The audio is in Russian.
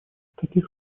таких